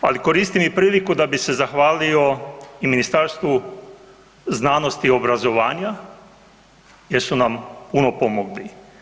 Ali koristim i priliku da bi se zahvalio i Ministarstvu znanosti i obrazovanja jer su nam puno pomogli.